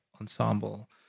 ensemble